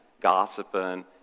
gossiping